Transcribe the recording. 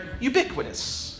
ubiquitous